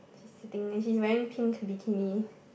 she's sitting and she's wearing pink bikini